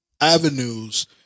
avenues